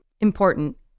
Important